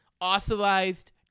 authorized